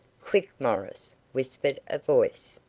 quick, morris, whispered a voice.